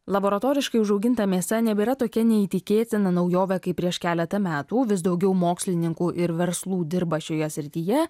laboratoriškai užauginta mėsa nebėra tokia neįtikėtina naujovė kaip prieš keletą metų vis daugiau mokslininkų ir verslų dirba šioje srityje